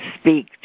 speak